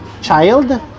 child